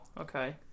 Okay